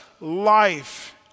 life